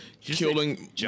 killing